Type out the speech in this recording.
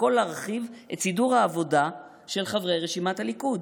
הכול להרחיב את סידור העבודה של חברי רשימת הליכוד.